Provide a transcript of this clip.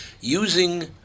using